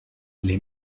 les